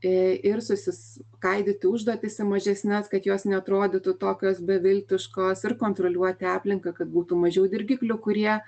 ir susiskaidyti užduotis į mažesnes kad jos neatrodytų tokios beviltiškos ir kontroliuoti aplinką kad būtų mažiau dirgiklių kurie